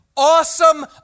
awesome